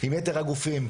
עם ייתר הגופים,